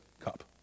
cup